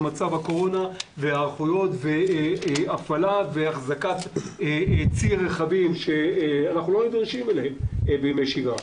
היערכויות והפעלת צי רכבים שאנחנו לא נדרשים אליהם בימי שגרה.